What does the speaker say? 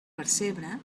percebre